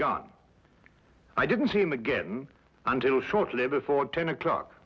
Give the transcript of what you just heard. gone i didn't see him again until shortly before ten o'clock